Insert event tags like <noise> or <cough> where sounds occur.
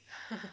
<laughs>